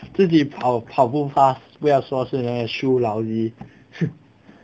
自己跑跑不 fast 不要说是那个 shoe lousy